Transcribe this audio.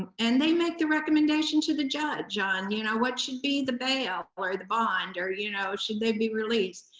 and they make the recommendation to the judge on you know what should be the bail or the bond or you know should they be released.